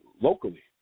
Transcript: locally